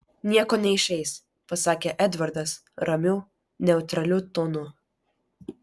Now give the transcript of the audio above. nieko neišeis pasakė edvardas ramiu neutraliu tonu